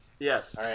Yes